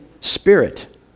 spirit